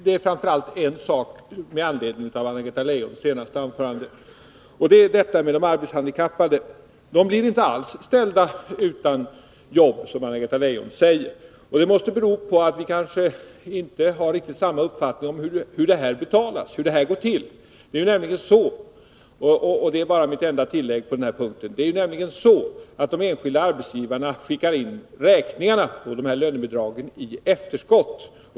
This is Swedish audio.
Det är framför allt en sak som jag vill ta upp med anledning av Anna-Greta Leijons senaste anförande, nämligen frågan om de arbetshandikappade. De blir inte alls ställda utan jobb, som Anna-Greta Leijon säger. Vi har tydligen inte samma uppfattning om hur det hela går till, på vilket sätt betalning sker. Det är så — jag vill göra detta enda tillägg på den här punkten — att de enskilda arbetsgivarna skickar in räkningarna på lönebidragen i efterskott.